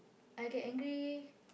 I get angry